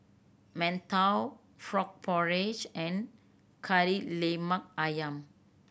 mantou frog porridge and Kari Lemak Ayam